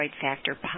factor